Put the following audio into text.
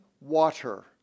water